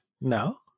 No